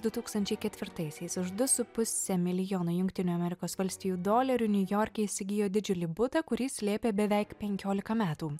du tūkstančiai ketvirtaisiais už du su puse milijono jungtinių amerikos valstijų dolerių niujorke įsigijo didžiulį butą kurį slėpė beveik penkiolika metų